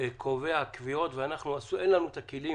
קובע קביעות שאין לנו את הכלים